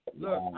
look